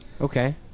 okay